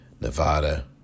Nevada